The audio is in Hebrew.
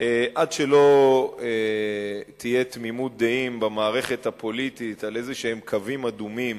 עד שלא תהיה תמימות דעים במערכת הפוליטית על איזשהם קווים אדומים